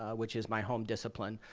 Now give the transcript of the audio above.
ah which is my home discipline,